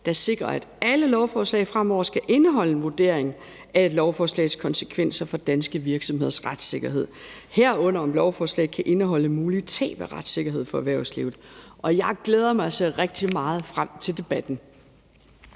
der sikrer, at alle lovforslag fremover skal indeholde en vurdering af lovforslagets konsekvenser for danske virksomheders retssikkerhed, herunder om lovforslaget kan indeholde muligt tab af retssikkerhed for erhvervslivet. Jeg glæder mig og ser rigtig meget frem til debatten.